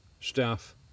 staff